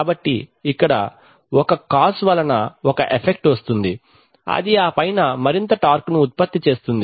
కాబట్టి ఇక్కడ ఒక కాస్ వలన ఒక ఎఫెక్ట్ వస్తుంది అది ఆ పైన మరింత టార్క్ ను ఉత్పత్తి చేస్తుంది